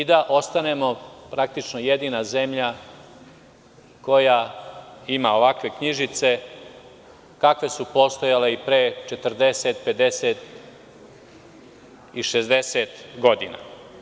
I da ostanemo, praktično, jedina zemlja koja ima ovakve knjižice kakve su postojale i pre 40, 50 i 60 godina.